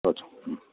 ꯆꯣ ꯆꯣ ꯎꯝ